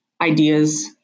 ideas